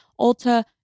Ulta